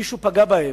מישהו פגע בהם,